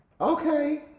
Okay